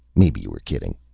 maybe you were kidding.